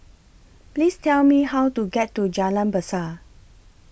Please Tell Me How to get to Jalan Berseh